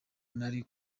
nari